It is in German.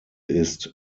ist